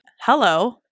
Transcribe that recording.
Hello